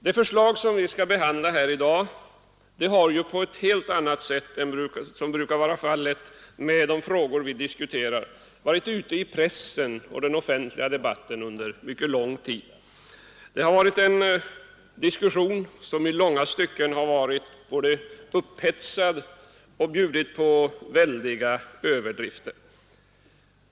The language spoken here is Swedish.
Det förslag vi behandlar här i dag har, på ett helt annat sätt än vad som brukar vara fallet, diskuterats i pressen och i den offentliga debatten under mycket lång tid. Diskussionen har i långa stycken varit upphetsad och bjudit på våldsamma överdrifter.